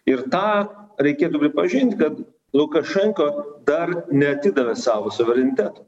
ir tą reikėtų pripažint kad lukašenko dar neatidavė savo suvereniteto